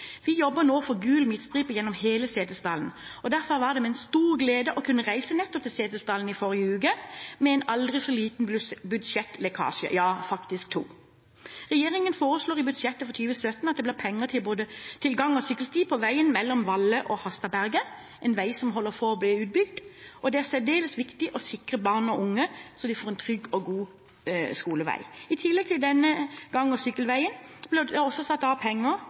vi jobber nå for gul midtstripe gjennom hele Setesdal, og derfor var det med stor glede jeg kunne reise nettopp til Setesdal i forrige uke, med en aldri så liten budsjettlekkasje, ja faktisk to. Regjeringen foreslår i budsjettet for 2017 at det blir penger til gang- og sykkelsti på veien mellom Valle og Harstadberget – en vei som foreløpig ikke er utbygd – det er særdeles viktig å sikre barn og unge så de får en trygg og god skolevei. I tillegg til denne gang- og sykkelveien blir det også satt av penger,